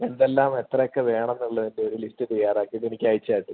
എന്തെല്ലാം എത്രയൊക്കെ വേണം എന്നുള്ളതിൻ്റെ ഒരു ലിസ്റ്റ് തയ്യാറാക്കിയിട്ട് എനിക്ക് അയച്ച് കാട്ട്